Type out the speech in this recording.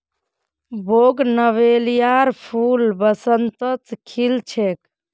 बोगनवेलियार फूल बसंतत खिल छेक